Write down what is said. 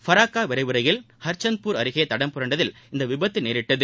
பராக்கா விரைவு ரயில் ஹர்சந்த்பூர் அருகே தடம்புரண்டதில் இந்த விபத்து நேரிட்டது